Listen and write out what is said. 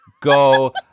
go